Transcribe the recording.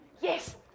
Yes